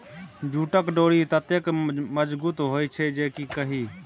जूटक डोरि ततेक मजगुत होए छै जे की कही